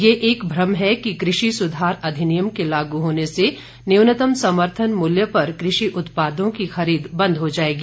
यह एक भ्रम है कि इन कृषि सुधार अधिनियम के लागू होने से न्यूनतम समर्थन मूल्य पर कृषि उत्पादों की खरीद बंद हो जाएगी